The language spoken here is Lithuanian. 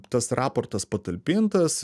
tas raportas patalpintas